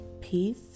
peace